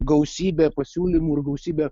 gausybė pasiūlymų ir gausybė